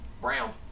Brown